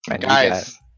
guys